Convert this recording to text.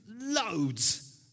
Loads